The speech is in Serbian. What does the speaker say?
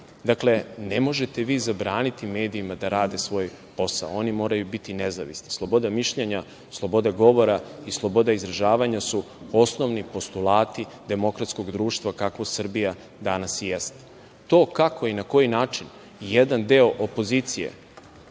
ne možete vi zabraniti medijima da rade svoj posao. Oni moraju biti nezavisni. Sloboda mišljenja, sloboda govora i sloboda izražavanja su osnovni postulati demokratskog društva, kakvo Srbija danas i jeste. To kako i na koji način jedan deo opozicije